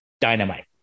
dynamite